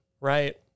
right